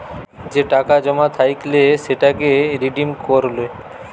যে টাকা জমা থাইকলে সেটাকে রিডিম করে লো